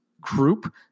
group